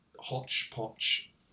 hodgepodge